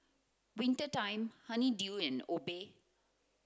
Winter Time Honey Dew and Obey